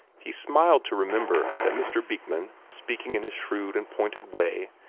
he smiled to remember that mr. beekman, speaking in his shrewd and pointed way,